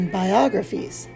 biographies